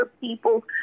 people